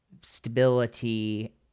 stability